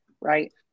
right